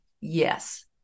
Yes